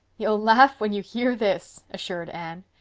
you'll laugh when you hear this, assured anne.